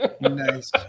Nice